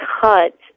cut